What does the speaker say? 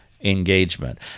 engagement